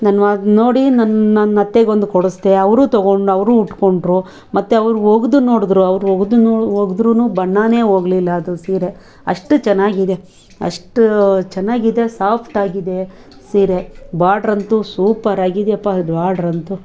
ನಾನು ಅದನ್ನು ನೋಡಿ ನನ್ನ ನನ್ನತ್ತೆಗೊಂದು ಕೊಡಿಸ್ದೆ ಅವರು ತೊಗೊಂಡು ಅವರು ಉಟ್ಕೊಂಡ್ರು ಮತ್ತು ಅವ್ರು ಒಗೆದು ನೋಡಿದ್ರು ಅವ್ರು ಒಗೆದು ನೋಡಿ ಒಗೆದ್ರೂ ಬಣ್ಣವೇ ಹೋಗ್ಲಿಲ್ಲ ಅದು ಸೀರೆ ಅಷ್ಟು ಚೆನ್ನಾಗಿದೆ ಅಷ್ಟು ಚೆನ್ನ್ನಾಗಿದೆ ಸಾಫ್ಟಾಗಿದೆ ಸೀರೆ ಬಾರ್ಡ್ರಂತು ಸೂಪರಾಗಿದೆಯಪ್ಪ ಬಾರ್ಡ್ರಂತು